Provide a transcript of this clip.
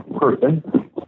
person